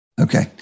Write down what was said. Okay